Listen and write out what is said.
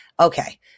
Okay